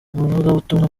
umuvugabutumwa